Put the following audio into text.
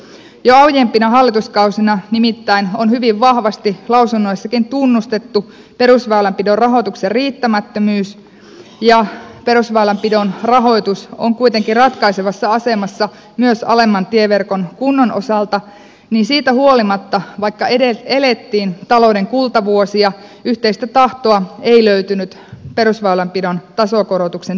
kun jo aiempina hallituskausina nimittäin on hyvin vahvasti lausunnoissakin tunnustettu perusväylänpidon rahoituksen riittämättömyys ja perusväylänpidon rahoitus on kuitenkin ratkaisevassa asemassa myös alemman tieverkon kunnon osalta niin siitä huolimatta vaikka elettiin talouden kultavuosia yhteistä tahtoa ei löytynyt perusväylänpidon tasokorotuksen tekemiseksi